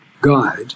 guide